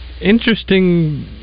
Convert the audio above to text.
Interesting